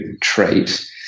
trait